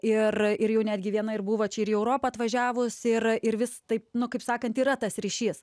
ir ir jau netgi viena ir buvo čia ir į europą atvažiavus ir ir vis taip nu kaip sakant yra tas ryšys